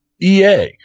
EA